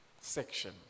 section